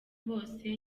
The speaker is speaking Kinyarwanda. bose